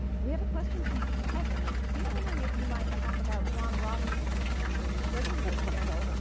we have a question from kevin. he's wondering if you might talk about john robinson and the treasury notes scandal.